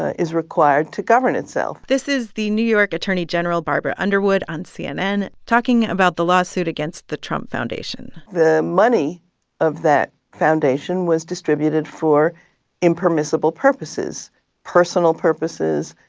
ah is required to govern itself this is the new york attorney general barbara underwood on cnn talking about the lawsuit against the trump foundation the money of that foundation was distributed for impermissible purposes personal purposes,